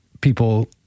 people